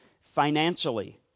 financially